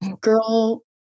girl